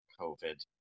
covid